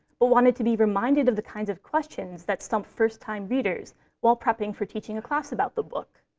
but wanted to be reminded of the kinds of questions that stumped first-time readers while prepping for teaching a class about the book.